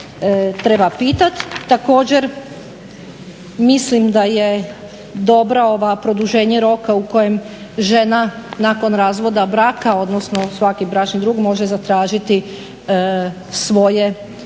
treba pitati. Također, mislim da je dobro ovo produženje roka u kojem žena nakon razvoda braka, odnosno svaki bračni drug, može zatražiti promjenu